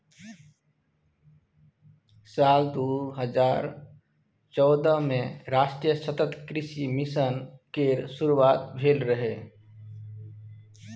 साल दू हजार चौदह मे राष्ट्रीय सतत कृषि मिशन केर शुरुआत भेल रहै